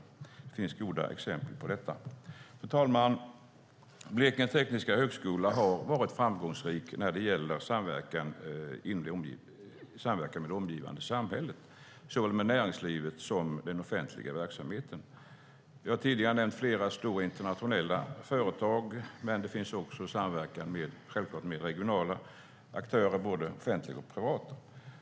Det finns goda exempel på detta. Fru talman! Blekinge Tekniska Högskola har varit framgångsrik när det gäller samverkan med såväl det omgivande samhället, näringslivet som den offentliga verksamheten. Jag har tidigare nämnt stora internationella företag, men det finns självklart också samverkan med regionala aktörer, både offentliga och privata.